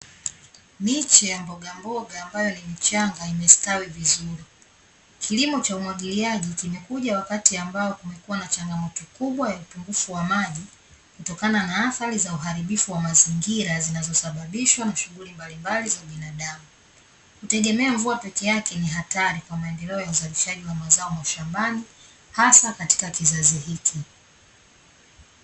Miche ya mbogamboga ambayo ni michanga imestawi vizuri. Kilimo cha umwagiliaji kimekuja wakati ambao kumekuwa na changamoto kubwa ya upungufu wa maji, kutokana na athari za uharibifu wa mazingira zinazosababishwa na shughuli mbalimbali za binadamu. Kutegemea mvua peke yake ni hatari kwa maendeleo ya uzalishaji wa mazao mashambani, hasa katika kizazi hiki.